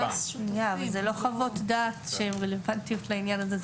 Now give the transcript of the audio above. אבל אלה לא חוות דעת שהן רלוונטיות לעניין הזה.